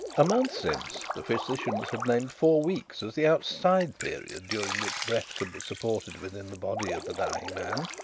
a month since the physicians had named four weeks as the outside period during which breath could be supported within the body of the dying man.